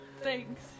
Thanks